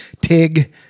Tig